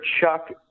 Chuck